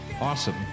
Awesome